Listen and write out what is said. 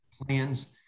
plans